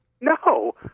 No